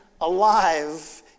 alive